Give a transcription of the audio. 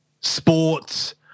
sports